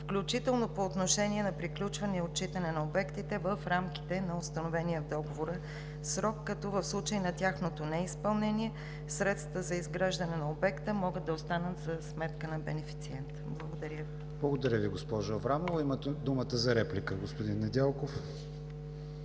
включително по отношение на приключване и отчитане на обектите в рамките на установения в договора срок, като в случай на тяхното неизпълнение средствата за изграждане на обекта могат да останат за сметка на бенефициента. Благодаря Ви. ПРЕДСЕДАТЕЛ КРИСТИАН ВИГЕНИН: Благодаря Ви, госпожо Аврамова. Имате думата за реплика, господин Недялков.